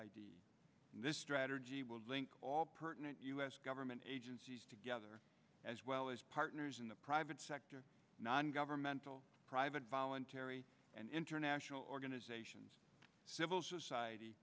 in this strategy will link all pertinent us government agencies together as well as partners in the private sector non governmental private voluntary and international organizations civil society